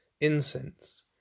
incense